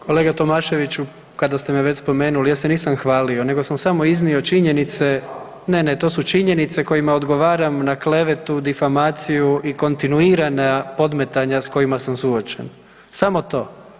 Kolega Tomaševiću, kada ste me već spomenuli, ja se nisam hvalio nego sam samo iznio činjenice … [[Upadica iz klupe se ne razumije]] Ne, ne, to su činjenice kojima odgovaram na klevetu, difamaciju i kontinuirana podmetanja s kojima sam suočen, samo to.